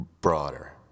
broader